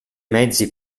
mezzi